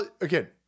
again